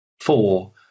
Four